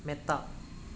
മെത്ത